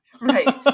Right